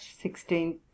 sixteenth